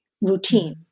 routine